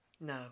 No